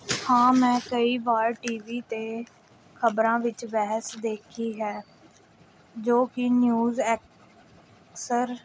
ਹਾਂ ਮੈਂ ਕਈ ਵਾਰ ਟੀਵੀ 'ਤੇ ਖਬਰਾਂ ਵਿੱਚ ਬਹਿਸ ਦੇਖੀ ਹੈ ਜੋ ਕਿ ਨਿਊਜ ਐਕ ਸਰ